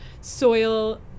soil